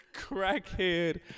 Crackhead